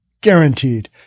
guaranteed